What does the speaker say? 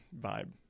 vibe